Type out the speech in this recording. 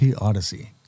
odyssey